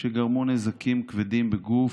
שגרמו נזקים כבדים בגוף,